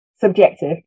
Subjective